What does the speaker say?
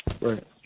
Right